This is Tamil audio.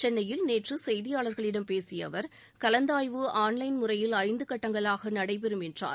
சென்னையில் நேற்று செய்தியாளர்களிடம் பேசிய அவர் கலந்தாய்வு ஆன்லைன் முறையில் ஐந்து கட்டங்களாக நடைபெறும் என்றார்